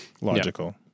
logical